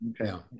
Okay